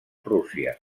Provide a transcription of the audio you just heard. rússia